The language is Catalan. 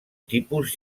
tipus